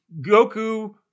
Goku